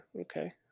Okay